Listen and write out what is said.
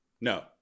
No